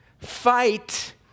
Fight